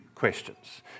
Questions